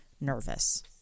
nervous